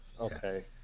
Okay